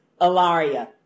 Alaria